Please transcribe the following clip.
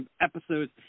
episodes